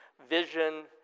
vision